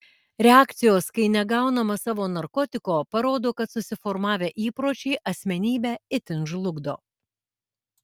reakcijos kai negaunama savo narkotiko parodo kad susiformavę įpročiai asmenybę itin žlugdo